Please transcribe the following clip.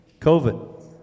COVID